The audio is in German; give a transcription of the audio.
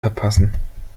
verpassen